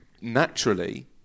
naturally